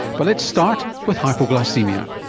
but let's start with hypoglycaemia.